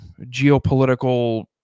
geopolitical